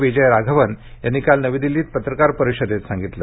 विजय राघवन यांनी काल नवी दिल्लीत पत्रकार परिषदेत बोलताना सांगितलं